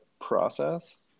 process